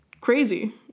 crazy